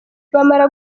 bamara